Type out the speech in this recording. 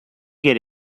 get